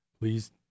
please